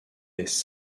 laisse